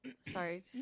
sorry